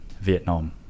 vietnam